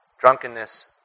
drunkenness